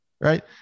Right